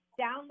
Download